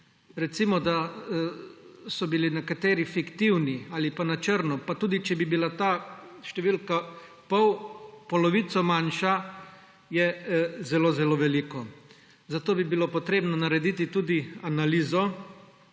Recimo, da so bili nekateri fiktivni ali pa na črno, pa tudi, če bi bila ta številka polovico manjša, je zelo zelo veliko. Zato bi bilo potrebno narediti tudi analizo,